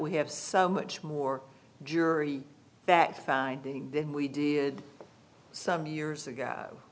we have so much more jury that finding than we did some years ago